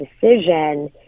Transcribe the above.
decision